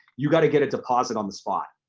you gotta get a deposit on the spot.